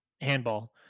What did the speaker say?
handball